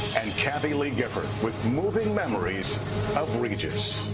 and kathy lee gifford with moving memories of regis.